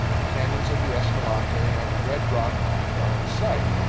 the canyons of the escalante and the red-rock land are in sight.